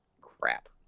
crap